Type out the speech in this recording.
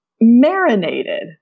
marinated